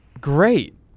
great